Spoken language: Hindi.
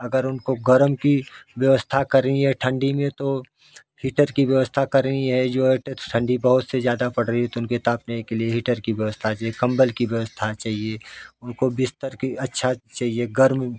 अगर उनको गरम की व्यवस्था करी है ठंडी में तो हीटर की व्यवस्था करनी है जो ठंडी बहुत सी ज़्यादा पड़ रही है तो उनके तापने के लिए हीटर की व्यवस्था चाहिए कंबल की व्यवस्था चाहिए उनको बिस्तर की अच्छा चाहिए गर्म